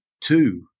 two